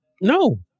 No